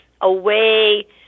away